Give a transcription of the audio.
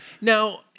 Now